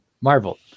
marvel